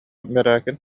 бэрээкин